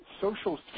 social